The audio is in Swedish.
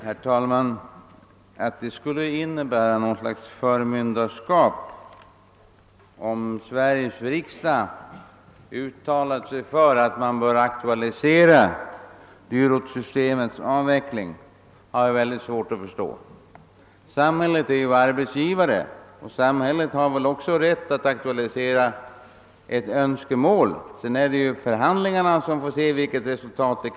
Herr talman! Jag har svårt att förstå att det skulle innebära något slags förmynderskap om Sveriges riksdag uttalar sig för att man bör aktualisera dyrortssystemets avveckling. Samhället är ju arbetsgivaren, och samhället har väl också rätt att akitualisera ett önskemål. Sedan får vi se av förhandlingarna vilket resultatet blir.